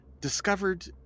discovered